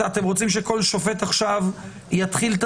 אתם רוצים שכל שופט עכשיו יתחיל את